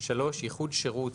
(3)ייחוד שירות,